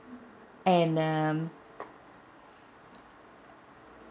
and um